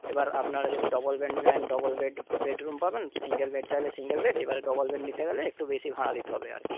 এবার আপনারা যদি ডবল বেড নেন ডবল বেড বেডরুম পাবেন সিঙ্গেল বেড চাইলে সিঙ্গেল বেড এবারে ডবল বেড নিতে গেলে একটু বেশি ভাড়া দিতে হবে আর কি